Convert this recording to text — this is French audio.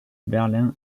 berlin